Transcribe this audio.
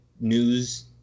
News